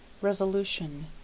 resolution